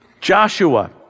Joshua